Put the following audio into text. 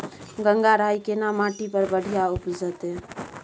गंगराय केना माटी पर बढ़िया उपजते?